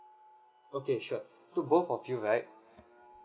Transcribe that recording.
okay sure so both of you right